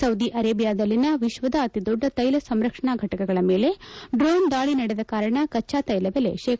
Saudi ಅರೇಬಿಯಾದಲ್ಲಿನ ವಿಶ್ವದ ಅತಿದೊಡ್ಡ ತೈಲ ಸಂಸ್ಕರಣಾ ಫಟಕಗಳ ಮೇಲೆ ಡ್ರೋನ್ ದಾಳಿ ನಡೆದ ಕಾರಣ ಕಚ್ಚಾ ತೈಲ ಬೆಲೆ ಶೇ